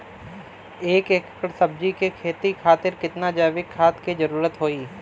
एक एकड़ सब्जी के खेती खातिर कितना जैविक खाद के जरूरत होई?